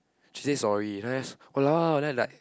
she said sorry the I just !walao! then I like